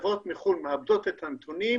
מעבדות את הנתונים.